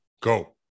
go